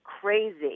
crazy